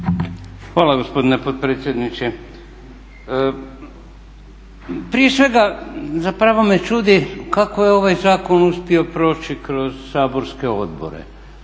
Hvala gospodine potpredsjedniče. Prije svega zapravo me čudi kako je ovaj zakon uspio proći kroz saborske odbore.